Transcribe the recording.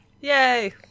Yay